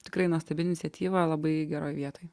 tikrai nuostabi iniciatyva labai geroj vietoj